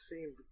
seemed